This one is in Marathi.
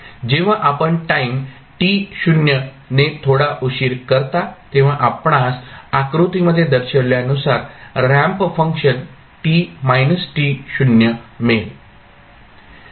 जेव्हा आपण टाईम t0 ने थोडा उशीर करता तेव्हा आपणास आकृतीमध्ये दर्शविल्यानुसार रॅम्प फंक्शन मिळेल